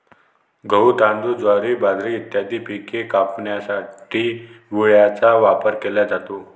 गहू, तांदूळ, ज्वारी, बाजरी इत्यादी पिके कापण्यासाठी विळ्याचा वापर केला जातो